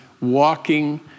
walking